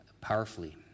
powerfully